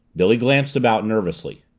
billy glanced about nervously.